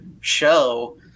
show